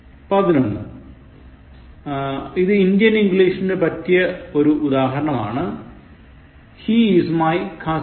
പതിനൊന്ന് ഇന്ത്യൻ ഇംഗ്ലീഷിനു പറ്റിയ ഒരു ഉദാഹരണമാണ് He is my cousin brother